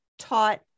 Taught